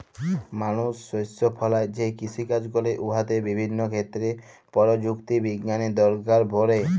মালুস শস্য ফলাঁয় যে কিষিকাজ ক্যরে উয়াতে বিভিল্য ক্ষেত্রে পরযুক্তি বিজ্ঞালের দরকার পড়ে